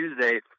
Tuesday